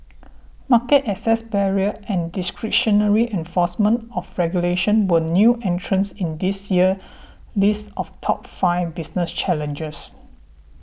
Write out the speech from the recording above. market access barriers and discretionary enforcement of regulations were new entrants in this year's list of top five business challenges